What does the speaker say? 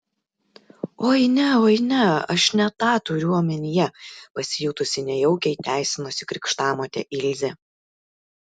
oi ne oi ne aš ne tą turiu omenyje pasijutusi nejaukiai teisinosi krikštamotė ilzė